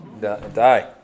die